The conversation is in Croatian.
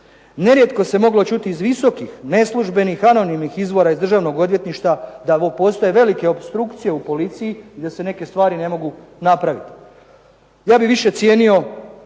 Nerijetko se moglo čuti iz visokih, neslužbenih, anonimnih izvora iz Državnog odvjetništva da ovo postaje velika opstrukcija u policiji i da se neke stvari ne mogu napraviti. Ja bih više cijenio